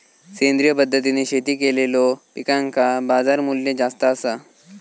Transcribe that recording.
सेंद्रिय पद्धतीने शेती केलेलो पिकांका बाजारमूल्य जास्त आसा